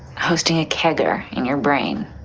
hosting a kegger in your brain,